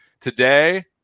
Today